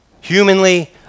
Humanly